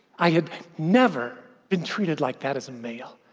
i had never been treated like that as a male.